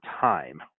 time